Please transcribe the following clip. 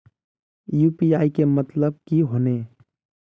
UPI के मतलब की होने?